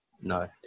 No